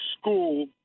school